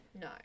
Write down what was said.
No